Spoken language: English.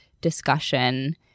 discussion